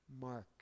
Mark